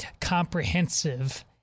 comprehensive